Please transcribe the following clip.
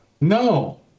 No